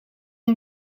een